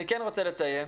אני כן רוצה לציין,